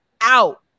out